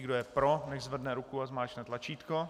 Kdo je pro, nechť zvedne ruku a zmáčkne tlačítko.